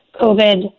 COVID